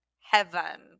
heaven